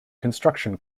construction